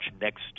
next